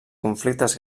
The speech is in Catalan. conflictes